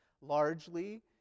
Largely